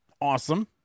Awesome